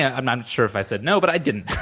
i'm not sure if i said no, but i didn't,